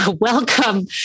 welcome